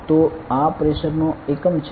તો આ પ્રેશર નો એકમ છે